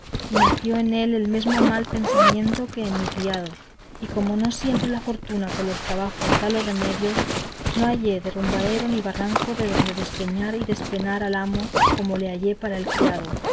y nació en él el mesmo mal pensamiento que en mi criado y como no siempre la fortuna con los trabajos da los remedios no hallé derrumbadero ni barranco de donde despeñar y despenar al amo como le hallé para el criado